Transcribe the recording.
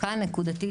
כאן נקודתית,